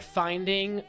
finding